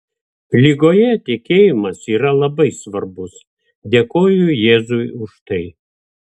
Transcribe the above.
ligoje tikėjimas yra labai svarbus dėkoju jėzui už tai